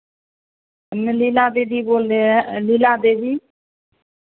लीला दीदी बोल रहे हैं लीला देवी